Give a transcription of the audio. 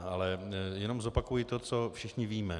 Ale jenom zopakuji to, co všichni víme.